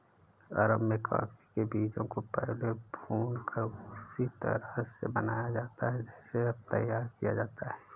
अरब में कॉफी के बीजों को पहले भूनकर उसी तरह से बनाया जाता था जैसे अब तैयार किया जाता है